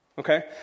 okay